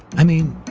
i mean,